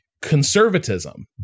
conservatism